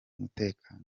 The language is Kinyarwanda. umutekano